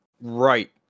right